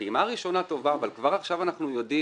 שהפעימה הראשונה טובה אבל כבר עכשיו אנחנו יודעים